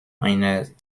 einer